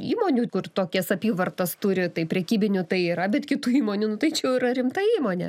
įmonių kur tokias apyvartas turi tai prekybinių tai yra bet kitų įmonių nu tai čia jau yra rimta įmonė